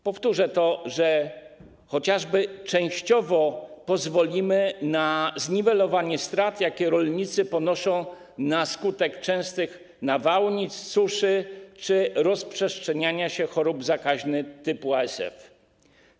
Powtórzę to, że chociażby częściowo pozwolimy na zniwelowanie strat, jakie rolnicy ponoszą na skutek częstych nawałnic, suszy czy rozprzestrzeniania się chorób zakaźnych typu ASF.